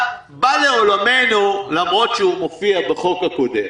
בא לעולמנו, למרות שהוא מופיע בחוק הקודם,